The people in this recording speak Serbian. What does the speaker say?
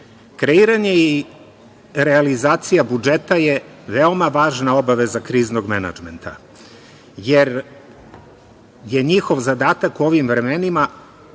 Kreiranje i realizacija budžeta je veoma važna obaveza kriznog menadžmenta, jer je njihov zadatak u ovim vremenima